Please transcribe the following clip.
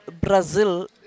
Brazil